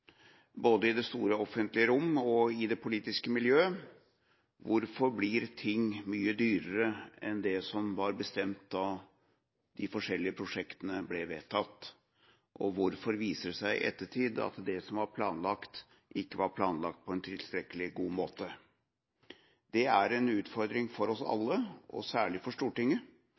både det store offentlige rommet og det politiske miljøet: Hvorfor blir ting mye dyrere enn det som var bestemt da de forskjellige prosjektene ble vedtatt? Hvorfor viser det seg i ettertid at det som var planlagt, ikke var planlagt på en tilstrekkelig god måte? Det er en utfordring for oss alle – særlig for Stortinget,